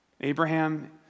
Abraham